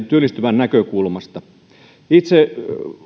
työllistyvän näkökulmasta itse